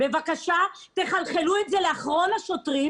בבקשה תחלחלו את זה לאחרון השוטרים,